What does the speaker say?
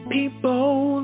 People